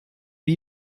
wie